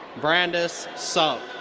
brandis sok.